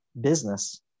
business